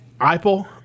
Apple